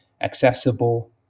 accessible